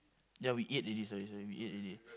ya we ate already sorry sorry we ate already